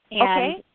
Okay